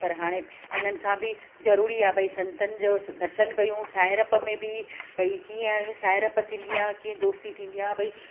पर हाणे हुननि सां बि ज़रूरी आहे भई संतनि जो दर्शनु कयूं साहिड़प में बि भई कीअं साहिड़प थींदी आहे कीअं दोस्ती थींदी आहे भई